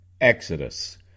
Exodus